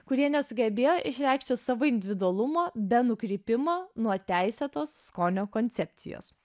kurie nesugebėjo išreikšti savo individualumo be nukrypimo nuo teisėtos skonio koncepcijos